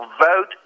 vote